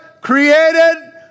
created